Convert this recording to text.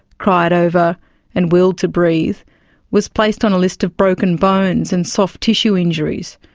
cried over and willed to breathe was placed on a list of broken bones and soft tissue injuries.